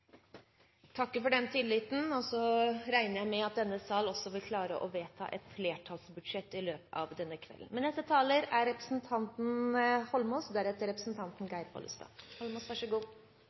takker for den tilliten og regner også med at denne sal vil klare å vedta et flertallsbudsjett i løpet av denne kvelden. Vi trenger satsing på trygg og god